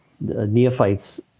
neophytes